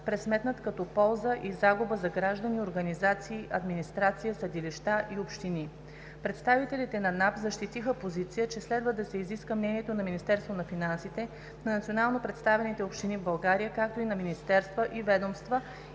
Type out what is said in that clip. пресметнат като полза и загуба за граждани, организации, администрация, съдилища и общини. Представителите на НАП защитиха позиция, че следва да се изиска мнението на Министерство на финансите, на национално представените общини в България, както и на министерства и ведомства